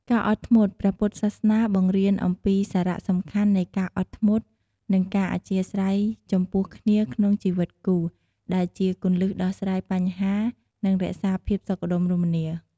ការអត់ធ្មត់ ព្រះពុទ្ធសាសនាបង្រៀនអំពីសារៈសំខាន់នៃការអត់ធ្មត់ និងការអធ្យាស្រ័យចំពោះគ្នាក្នុងជីវិតគូ ដែលជាគន្លឹះដោះស្រាយបញ្ហា និងរក្សាភាពសុខដុមរមនា។